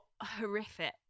horrific